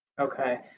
Okay